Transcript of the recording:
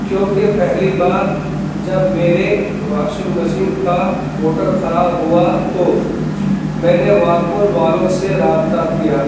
کیونکہ پہلی بار جب میرے واشنگ مشین کا موٹر خراب ہوا تو میں نے وارپول والوں سے رابطہ کیا